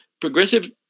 progressive